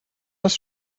oes